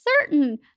certain